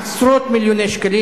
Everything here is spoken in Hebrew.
עשרות מיליוני שקלים,